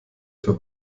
für